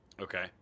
Okay